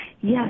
Yes